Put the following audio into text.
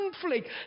conflict